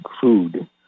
food